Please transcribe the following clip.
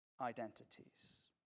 identities